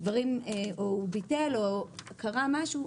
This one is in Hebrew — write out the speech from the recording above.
הוא ביטל או קרה משהו,